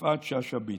יפעת שאשא ביטון,